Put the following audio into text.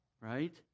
right